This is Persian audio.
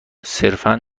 صرفا